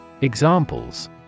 Examples